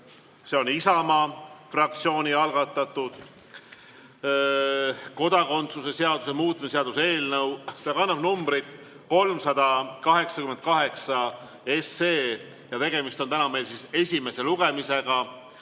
see on Isamaa fraktsiooni algatatud kodakondsuse seaduse muutmise seaduse eelnõu, mis kannab numbrit 388, tegemist on meil esimese lugemisega